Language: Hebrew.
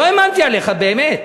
לא האמנתי עליך, באמת.